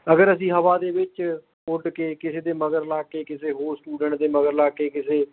ਅਗਰ ਅਸੀਂ ਹਵਾ ਦੇ ਵਿੱਚ ਉੱਡ ਕੇ ਕਿਸੇ ਦੇ ਮਗਰ ਲੱਗ ਕੇ ਕਿਸੇ ਹੋਰ ਸਟੂਡੈਂਟ ਦੇ ਮਗਰ ਲੱਗ ਕੇ ਕਿਸੇ